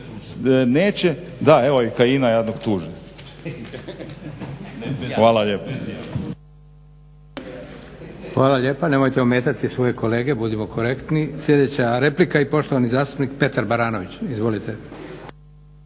Da, evo i Kajina jadnog tuže. Hvala lijepo. **Leko, Josip (SDP)** Hvala lijepa. Nemojte ometati svoje kolege, budimo korektni. Sljedeća replika i poštovani zastupnik Petar Baranović. Izvolite.